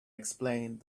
explained